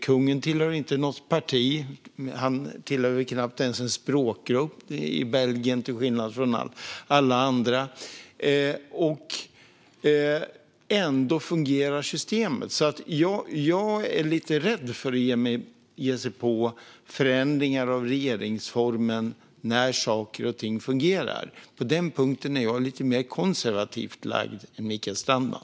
Kungen tillhör inte något parti; han tillhör väl knappt ens någon av Belgiens språkgrupper, till skillnad från alla andra. Ändå fungerar systemet. Jag är lite rädd för att man ska ge sig på förändringar av regeringsformen när saker och ting fungerar. På denna punkt är jag lite mer konservativt lagd än Mikael Strandman.